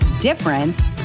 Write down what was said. difference